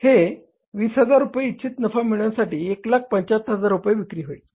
तर ते 20000 रुपये इच्छित नफा मिळवण्यासाठी 175000 रुपये विक्री होईल